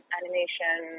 animation